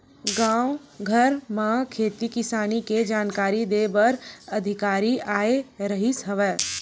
गाँव घर म खेती किसानी के जानकारी दे बर अधिकारी आए रिहिस हवय